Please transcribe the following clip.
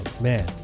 man